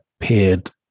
appeared